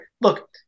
Look